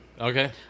Okay